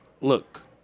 look